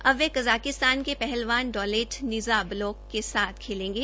अब वह कज़ाकिस्तान के पहलवान डौलेट नियाज़ बकोव के साथ खलेंगे